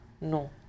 No